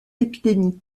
épidémies